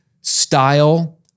style